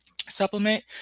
supplement